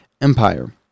Empire